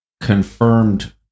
confirmed